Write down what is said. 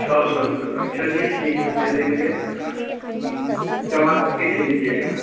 छः सौ रुपये बैग चलिए ठीक है दे देंगे टमाटर कैसे लीजिएगा